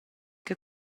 che